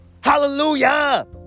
Hallelujah